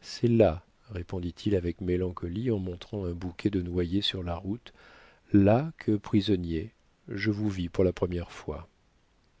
c'est là répondit-il avec mélancolie en montrant un bouquet de noyers sur la route là que prisonnier je vous vis pour la première fois